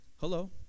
Hello